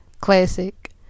classic